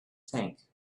tank